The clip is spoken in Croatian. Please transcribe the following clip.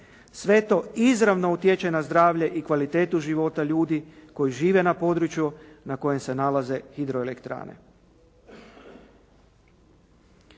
Sve to izravno utječe na zdravlje i kvalitetu života ljudi koji žive na području na kojem se nalaze hidroelektrane.